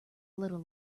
little